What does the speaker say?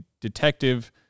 detective